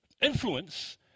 influence